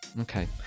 okay